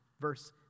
Verse